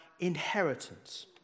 inheritance